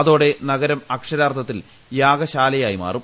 അതോടെ നഗരം അക്ഷരാർത്ഥത്തിൽ യാഗശാലയായി മാറും